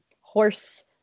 horse